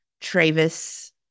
Travis